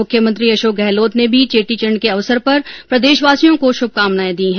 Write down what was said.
मुख्यमंत्री अशोक गहलोत ने भी चेटीचंड के अवसर पर प्रदेशवासियों को शुभकामनाएं दी है